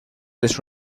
les